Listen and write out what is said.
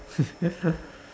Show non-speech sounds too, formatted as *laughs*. *laughs*